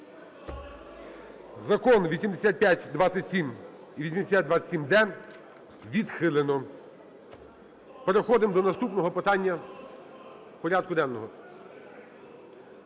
Закон 8527 і 8527-д відхилено. Переходимо до наступного питання порядку денного.